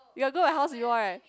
you got go my house before right